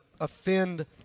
offend